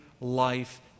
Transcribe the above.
life